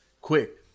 Quick